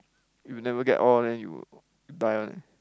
you never get all then you die one eh